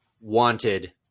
wanted